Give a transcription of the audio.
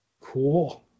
cool